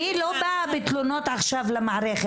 אני לא באה בתלונות עכשיו למערכת.